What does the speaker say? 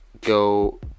go